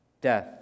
Death